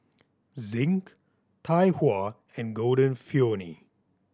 Zinc Tai Hua and Golden Peony